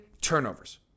turnovers